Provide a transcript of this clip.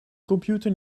computer